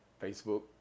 Facebook